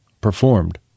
performed